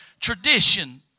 tradition